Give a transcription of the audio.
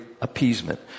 appeasement